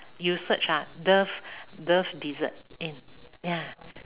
you search ah dove dove dessert mm ya